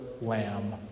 lamb